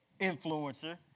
influencer